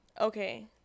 okay